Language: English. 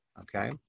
Okay